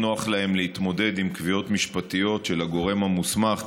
להתמודד עם קביעות משפטיות של הגורם המוסמך,